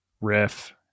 riff